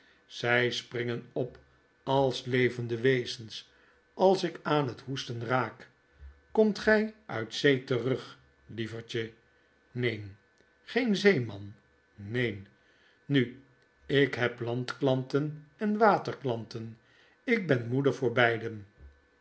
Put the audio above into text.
zij springen op als levende wezens als ik aan het hoesten raak komt gij uit zee terug lievertje neen geen zeeman neen nu ik heb landklanten en waterklanten ik ben moeder voor beiden